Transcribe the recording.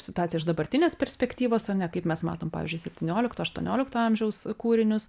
situaciją iš dabartinės perspektyvos o ne kaip mes matom pavyzdžiui septyniolikto aštuoniolikto amžiaus kūrinius